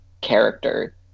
character